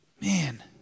Man